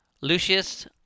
Lucius